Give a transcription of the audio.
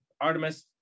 Artemis